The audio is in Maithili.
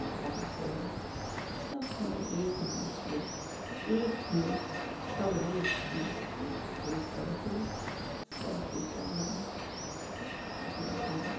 बाबा भोला सबठाम एकही छिए एकही सब रूप छिए ई करथिन सभके कल्याण करनेवाला